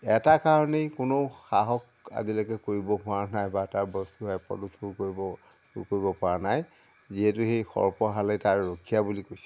এটা কাৰণেই কোনো সাহস আজিলৈকে কৰিব পৰা নাই বা তাৰ বস্তু এপদো চোৰ কৰিব চোৰ কৰিব পৰা নাই যিহেতু সেই সৰ্পহালেই তাৰ ৰখীয়া বুলি কৈছে